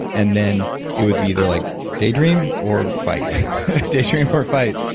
and then it would be either like daydream or fight daydream or fight.